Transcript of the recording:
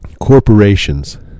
corporations